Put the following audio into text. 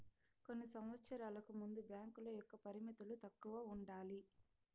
కొన్ని సంవచ్చరాలకు ముందు బ్యాంకుల యొక్క పరిమితులు తక్కువ ఉండాలి